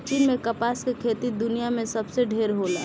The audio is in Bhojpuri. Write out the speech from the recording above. चीन में कपास के खेती दुनिया में सबसे ढेर होला